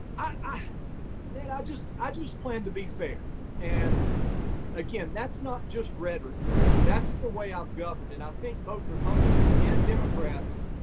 i mean, and i just i just plan to be fair. and again, that's not just rhetoric for me. that's the way i've governed, and i think both republicans and democrats,